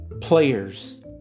players